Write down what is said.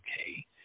Okay